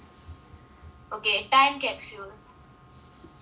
okay time capsule so